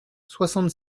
soixante